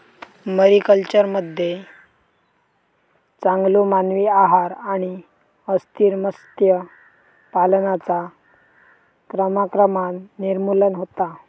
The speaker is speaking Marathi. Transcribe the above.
मरीकल्चरमध्ये चांगलो मानवी आहार आणि अस्थिर मत्स्य पालनाचा क्रमाक्रमान निर्मूलन होता